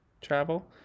travel